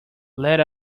led